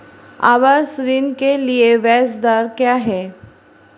आवास ऋण के लिए ब्याज दर क्या हैं?